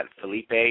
Felipe